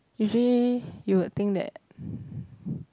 usually you would think that